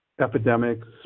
epidemics